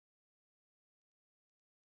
oh it's a cardboard